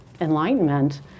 enlightenment